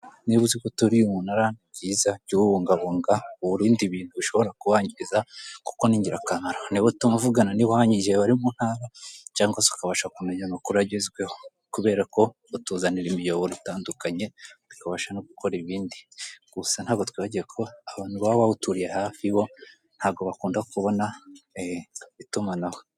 niba uziko uturiye umunara nibyiza jya uwubungabunga uwurinde ibintu bishobora kuwangiza kuko ningirakamaro niwo utuma uvugana n'iwanyu igihe bari mu ntara cyangwa se ukabasha kumenya amakuru agezweho kubera ko batuzanira imiyoboro itandukanye bikabasha no gukora ibindi gusa ntabwo twibagiwe ko abantu baba bawutuye hafi bo ntago bakunda kubona itumanaho